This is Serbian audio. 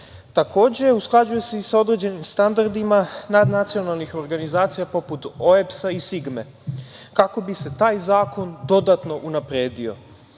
Takođe, usklađuje se i sa određenim standardima nadnacionalnih organizacija poput OEBS-a i SIGME, kako bi se taj zakon dodatno unapredio. Takođe,